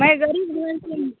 मैं गरीब घर से हूँ सर